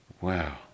Wow